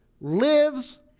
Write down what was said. lives